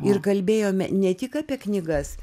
ir kalbėjome ne tik apie knygas